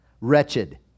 Wretched